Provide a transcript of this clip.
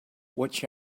watch